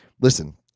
listen